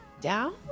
down